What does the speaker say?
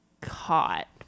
caught